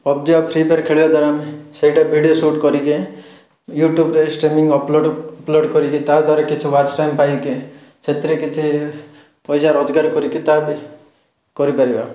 PUBG ଆଉ Free Fire ଖେଳିବାଦ୍ୱାରା ଆମେ ସେଇଟା ଭିଡ଼ିଓ ସୁଟ୍ କରିକି ୟୁଟ୍ୟୁବ୍ରେ ଷ୍ଟ୍ରିମିଙ୍ଗ୍ ଅପଲୋଡ଼୍ ଅପଲୋଡ଼୍ କରିକି ତା' ଦ୍ୱାରା କିଛି ୱାଚ୍ ଟାଇମ୍ ପାଇକି ସେଥିରେ କିଛି ପଇସା ରୋଜଗାର କରିକି ତା' ବି କରିପାରିବା